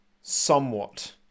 somewhat